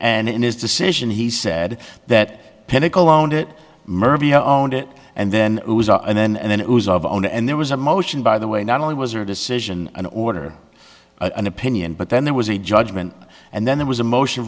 and in his decision he said that pinnacle loaned it merv you own it and then and then and then it was of on and there was a motion by the way not only was a decision an order an opinion but then there was a judgment and then there was a motion